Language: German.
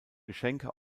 geschenke